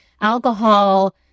alcohol